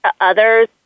others